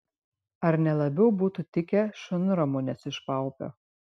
ar ne labiau būtų tikę šunramunės iš paupio